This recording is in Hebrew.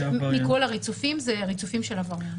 מכל הריצופים, זה ריצופים של הווריאנט.